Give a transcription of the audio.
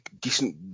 decent